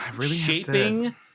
Shaping